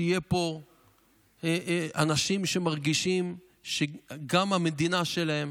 אנחנו רוצים שיהיו פה אנשים שמרגישים שהמדינה גם שלהם